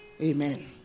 Amen